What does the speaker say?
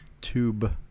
tube